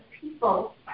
people